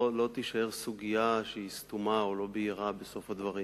לא תישאר סוגיה שהיא סתומה או לא בהירה בסוף הדברים,